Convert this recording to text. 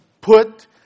put